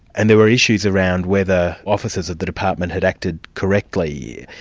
and there were issues around whether officers of the department had acted correctly.